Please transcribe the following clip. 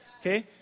Okay